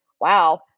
Wow